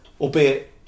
Albeit